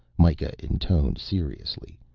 mikah intoned seriously.